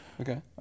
Okay